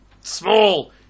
Small